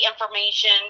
information